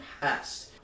past